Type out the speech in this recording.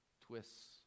twists